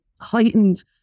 heightened